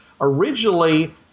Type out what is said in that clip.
originally